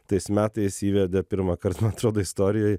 tais metais įveda pirmąkart man atrodo istorijoj